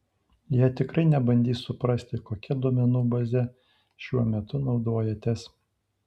jie tikrai nebandys suprasti kokia duomenų baze šiuo metu naudojatės